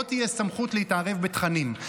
לא תהיה סמכות להתערב בתכנים.